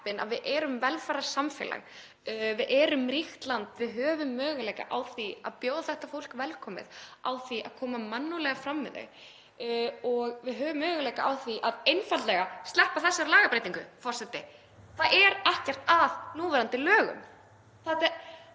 að vera velferðarsamfélag. Við erum ríkt land. Við höfum möguleika á því að bjóða þetta fólk velkomið, á því að koma mannúðlega fram við það og við höfum möguleika á því að einfaldlega sleppa þessari lagabreytingu, forseti. Það er ekkert að núverandi lögum.